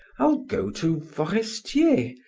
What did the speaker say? i'll go to forestier.